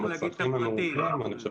אני חושב